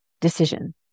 decision